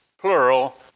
plural